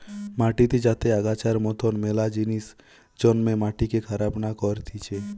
মাটিতে যাতে আগাছার মতন মেলা জিনিস জন্মে মাটিকে খারাপ না করতিছে